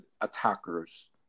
attackers